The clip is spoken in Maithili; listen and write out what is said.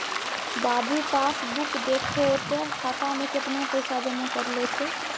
बाबू पास बुक देखहो तें खाता मे कैतना पैसा जमा करलो छै